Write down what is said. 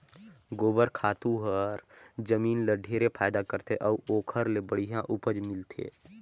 गोबर खातू हर जमीन ल ढेरे फायदा करथे अउ ओखर ले बड़िहा उपज मिलथे